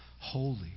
holy